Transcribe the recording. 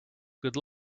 good